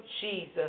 Jesus